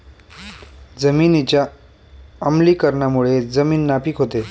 जमिनीच्या आम्लीकरणामुळे जमीन नापीक होते